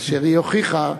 אשר הוכיחה